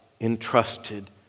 entrusted